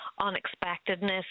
unexpectedness